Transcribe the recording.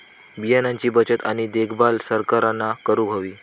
बियाणांची बचत आणि देखभाल सरकारना करूक हवी